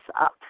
up